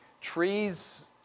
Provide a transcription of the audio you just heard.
Trees